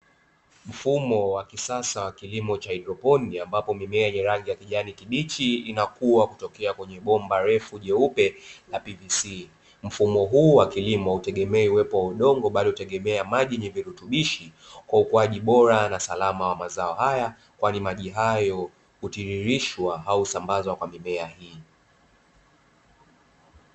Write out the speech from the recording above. Mfumo wa kisasa wa kilimo cha haidroponi, ambapo mimea yenye rangi ya kijani kibichi inakuwa kutokea kwenye bomba refu jeupe ya "PVC". Mfumo huu wa kilimo hautegemei uwepo wa udongo, bali hutegemea maji yenye virutubisho, kwa ukuaji bora na salama wa mazao haya, kwani maji hayo hutiririshwa au usambazwa kwa mimea hiyo.